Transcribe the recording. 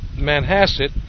Manhasset